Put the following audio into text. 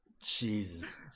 Jesus